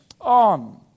on